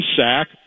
sack